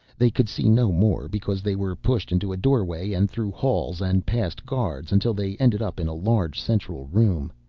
they could see no more because they were pushed into a doorway and through halls and past guards until they ended up in a large central room.